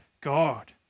God